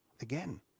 again